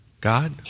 God